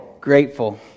Grateful